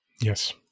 Yes